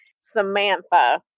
Samantha